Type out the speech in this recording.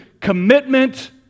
commitment